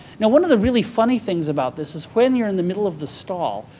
now one of the really funny things about this is when you're in the middle of the stall,